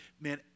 man